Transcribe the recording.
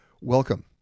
welcome